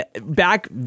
Back